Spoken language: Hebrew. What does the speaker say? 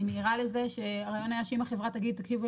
אני מעירה לזה שהרעיות היה שאם החברה תגיד "תקשיבו,